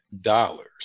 dollars